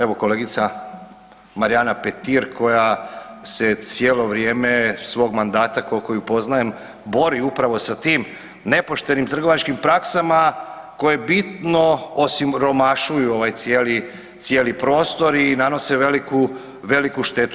Evo kolegica Marijana Petir koja se cijelo vrijeme svoga mandata koliko ju poznajem bori upravo sa tim nepoštenim trgovačkim praksama koji bitno osiromašuju ovaj cijeli prostor i nanose veliku štetu.